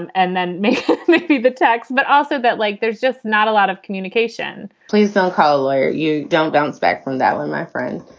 and and then may like be the text, but also that like there's just not a lot of communication please so call lawyer. you don't bounce back from that one, my friend.